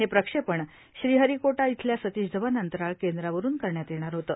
हे प्रक्षेपण श्रीहरीकोटा इथल्या सतिश धवन अंतराळ केंद्रावरून करण्यात येणार होतं